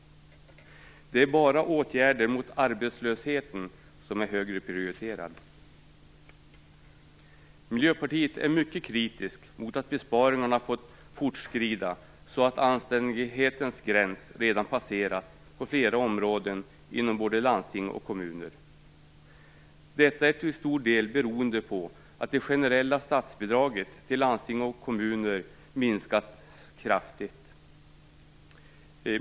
Det är bara åtgärder mot arbetslösheten som är högre prioriterade. Miljöpartiet är mycket kritiskt till att besparingarna fått fortskrida så att anständighetens gräns redan passerats på flera områden i både landsting och kommuner. Detta beror till stor del på att det generella statsbidraget till landsting och kommuner kraftigt minskat.